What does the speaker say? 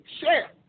Share